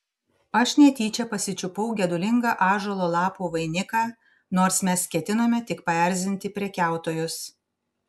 aš netyčia pasičiupau gedulingą ąžuolo lapų vainiką nors mes ketinome tik paerzinti prekiautojus